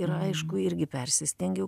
ir aišku irgi persistengiau